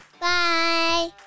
Bye